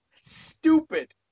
stupid